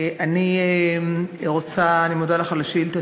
אני מודה לך על השאילתה,